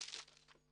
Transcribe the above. אוקיי.